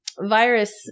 virus